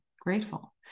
grateful